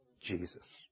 Jesus